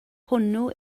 hwnnw